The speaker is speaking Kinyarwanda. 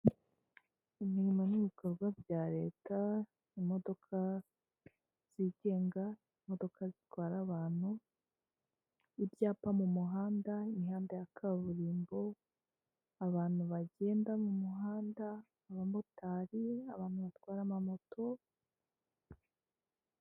Imirimo n'ibikorwa bya leta imodoka zigenga, imodoka zitwara abantu, ibyapa mu muhanda imihanda ya kaburimbo, abantu bagenda mu muhanda, abamotari abantu batwara amamoto...